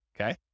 okay